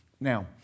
Now